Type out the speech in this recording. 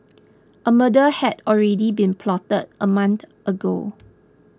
a murder had already been plotted a month ago